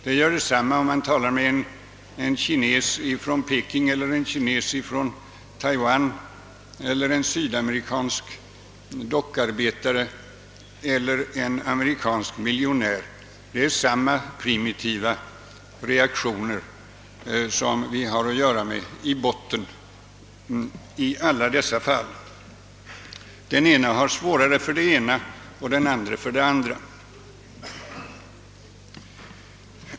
Det gör detsamma om man talar med en kines från Peking, 2n kines från Taiwan, en sydamerikansk dockarbetare eller en amerikansk miljonär; de visar i alla dessa fall i botten samma primitiva reaktioner. Den ene har svårare för det ena och den andre för det andra.